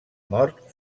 mort